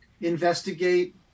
investigate